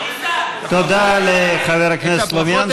תודה לחבר הכנסת סלומינסקי.